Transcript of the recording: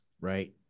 right